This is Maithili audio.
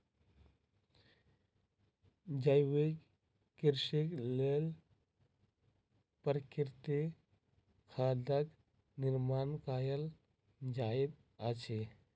जैविक कृषिक लेल प्राकृतिक खादक निर्माण कयल जाइत अछि